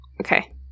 Okay